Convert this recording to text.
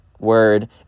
word